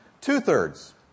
Two-thirds